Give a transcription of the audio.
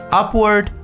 upward